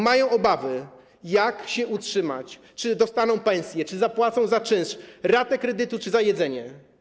Mają obawy, jak się utrzymać, czy dostaną pensje, czy zapłacą za czynsz, ratę kredytu czy za jedzenie.